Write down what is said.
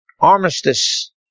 Armistice